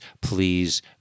please